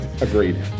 agreed